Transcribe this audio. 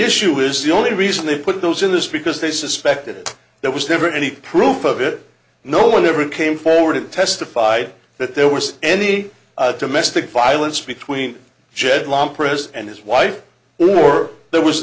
issue is the only reason they put those in this because they suspected there was never any proof of it no one ever came forward and testified that there was any domestic violence between jed lom president and his wife or there was